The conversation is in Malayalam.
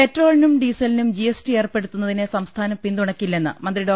പെട്രോളിനും ഡീസലിനും ജിഎസ് ടി ഏർപ്പെടുത്തുന്നതിനെ സംസ്ഥാനം പിന്തുണക്കില്ലെന്ന് മന്ത്രി ഡോ